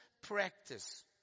practice